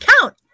count